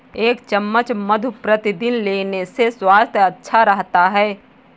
एक चम्मच मधु प्रतिदिन लेने से स्वास्थ्य अच्छा रहता है